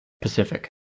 Pacific